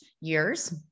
years